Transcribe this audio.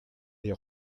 les